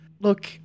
Look